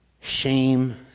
Shame